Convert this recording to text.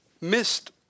missed